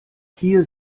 hier